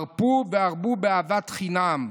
הרבו והרבו באהבת חינם,